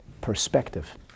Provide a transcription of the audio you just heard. perspective